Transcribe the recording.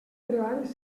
treball